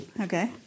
Okay